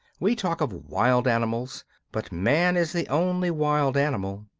we talk of wild animals but man is the only wild animal.